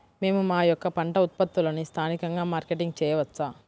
మేము మా యొక్క పంట ఉత్పత్తులని స్థానికంగా మార్కెటింగ్ చేయవచ్చా?